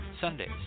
Sundays